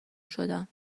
شدم